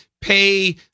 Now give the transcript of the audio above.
pay